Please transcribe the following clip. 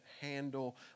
handle